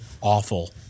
awful